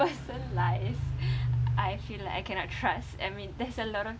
person lies I feel like I cannot trust I mean there's a lot of